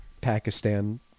pakistan